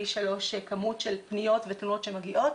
פי שלוש כמות של פניות ותלונות שמגיעות.